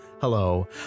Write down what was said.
Hello